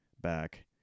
back